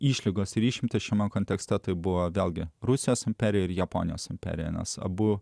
išlygos ir išimtis šiame kontekste tai buvo vėlgi rusijos imperija ir japonijos imperija nes abu